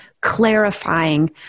clarifying